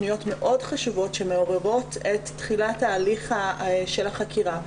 פניות מאוד חשובות שמעוררות את תחילת ההליך של החקירה,